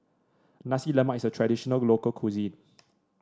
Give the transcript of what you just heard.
Nasi Lemak is a traditional local cuisine